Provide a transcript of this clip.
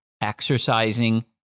exercising